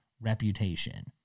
reputation